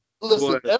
Listen